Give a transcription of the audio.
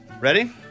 Ready